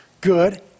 good